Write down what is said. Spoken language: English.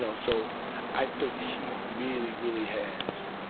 so so i think she really, really has